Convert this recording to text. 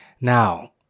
Now